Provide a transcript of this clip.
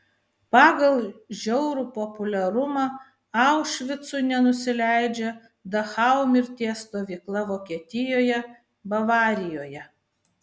pagal žiaurų populiarumą aušvicui nenusileidžia dachau mirties stovykla vokietijoje bavarijoje